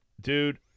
Dude